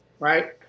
Right